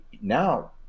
now